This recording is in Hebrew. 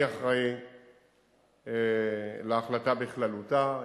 אני אחראי להחלטה בכללותה,